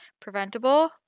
preventable